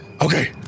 okay